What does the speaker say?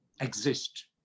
exist